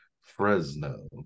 Fresno